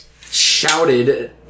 shouted